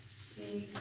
c